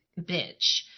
bitch